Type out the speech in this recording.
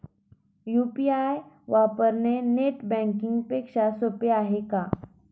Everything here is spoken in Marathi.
यु.पी.आय वापरणे नेट बँकिंग पेक्षा सोपे आहे का?